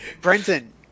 Brenton